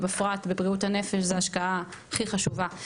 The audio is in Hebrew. ובפרט בבריאות הנפש היא ההשקעה הכי חשובה.